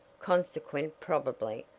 consequent, probably,